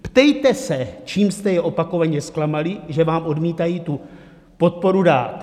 Ptejte se, čím jste je opakovaně zklamali, že vám odmítají podporu dát.